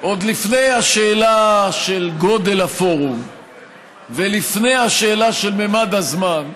עוד לפני השאלה של גודל הפורום ולפני השאלה של ממד הזמן,